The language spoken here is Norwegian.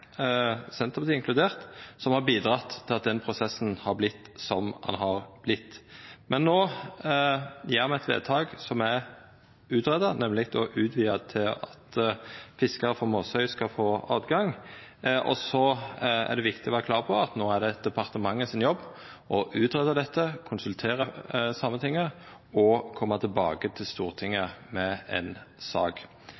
Senterpartiet inkludert, som har bidratt til at denne prosessen har vorte som han har vorte. Men no gjer me eit vedtak som er uttala, nemleg å utvida til at fiskarar frå Måsøy skal få tilgang. Så er det viktig å vera klar på at no er det departementet sin jobb å utøva dette, konsultera Sametinget og koma tilbake til Stortinget